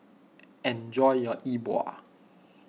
enjoy your E Bua